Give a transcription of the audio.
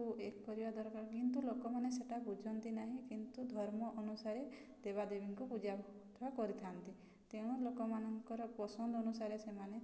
ଏକ କରିବା ଦରକାର କିନ୍ତୁ ଲୋକମାନେ ସେଟା ବୁଝନ୍ତି ନାହିଁ କିନ୍ତୁ ଧର୍ମ ଅନୁସାରେ ଦେବାଦେବୀଙ୍କୁ ପୂଜା କରିଥାନ୍ତି ତେଣୁ ଲୋକମାନଙ୍କର ପସନ୍ଦ ଅନୁସାରେ ସେମାନେ